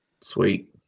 Sweet